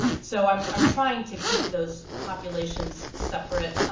so i'm i'm trying to keep those populations separate.